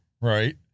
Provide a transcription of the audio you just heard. Right